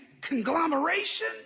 conglomeration